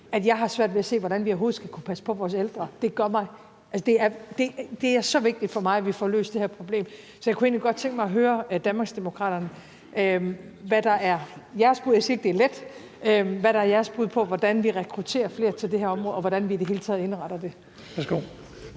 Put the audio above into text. at jeg har svært ved at se, hvordan vi overhovedet skal kunne passe på vores ældre. Det er så vigtigt for mig, at vi får løst det her problem, så jeg kunne egentlig godt tænke mig at høre Danmarksdemokraterne – jeg siger ikke, det er let – hvad der er jeres bud på, hvordan vi rekrutterer flere til det her område, og hvordan vi i det hele taget indretter det.